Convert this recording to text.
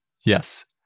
Yes